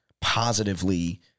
positively